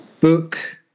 book